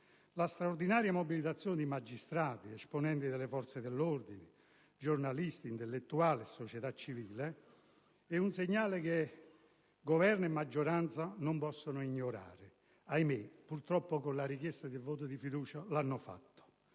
La straordinaria mobilitazione di magistrati, di esponenti delle forze dell'ordine, giornalisti, intellettuali e società civile è un segnale che Governo e maggioranza non possono ignorare. Ma, ahimè, con la richiesta del voto di fiducia purtroppo